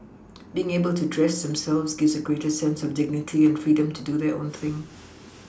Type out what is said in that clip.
being able to dress themselves gives a greater sense of dignity and freedom to do their own thing